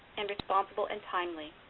and responsible, and timely.